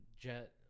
jet